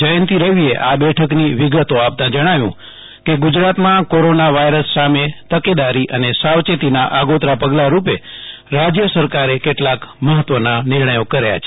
જયંતિ રવિ એ આ બેઠક ની વિગતો આપતા જણાવ્યુ કે ગુજરાત માં કોરોના વાયરસ સામે તકેદારી અને સાવચેતીના આગોતરા પગલાં રૂપે રાજ્ય સરકારે કેટલાક મહત્વના નિર્ણયો કર્યા છે